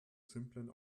simplen